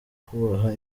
kubaha